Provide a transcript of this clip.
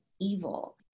evil